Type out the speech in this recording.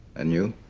and you?